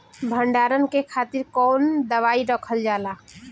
भंडारन के खातीर कौन दवाई रखल जाला?